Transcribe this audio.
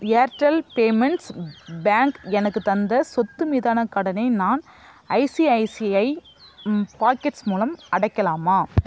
Airtel payments bank எனக்கு தந்த சொத்து மீதான கடனை நான் ஐசிஐசிஐ பாக்கெட்ஸ் மூலம் அடைக்கலாமா